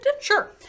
Sure